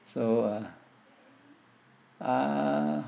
so uh uh